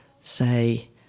say